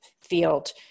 field